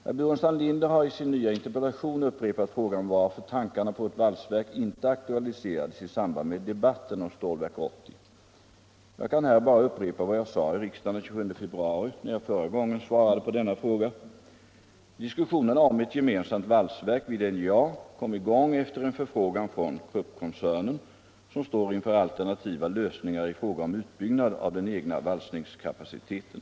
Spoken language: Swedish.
Herr Burenstam Linder har i sin nya interpellation upprepat frågan varför tankarna på ett valsverk inte aktualiserades i samband med debatten om Stålverk 80. Jag kan här bara upprepa vad jag sade i riksdagen den 27 februari när jag förra gången svarade på denna fråga. Diskussionerna om ett gemensamt valsverk vid NJA kom i gång efter en förfrågan från Kruppkoncernen, som står inför alternativa lösningar i fråga om utbyggnad av den egna valsningskapaciteten.